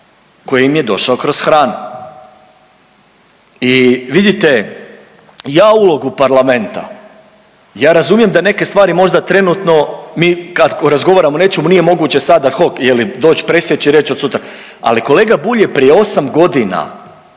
koji im je došao kroz hranu. I vidite, ja ulogu Parlamenta, ja razumijem da neke stvari možda trenutno mi kad razgovaramo neću nije moguće da sada HOK doć presjeć i reć od sutra, ali kolega Bulj je prije osam godina